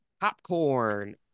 popcorn